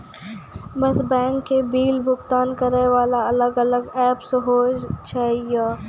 सब बैंक के बिल भुगतान करे वाला अलग अलग ऐप्स होय छै यो?